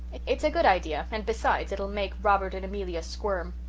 it's a good idea, and besides it will make robert and amelia squirm.